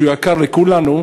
שהוא יקר לכולנו,